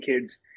kids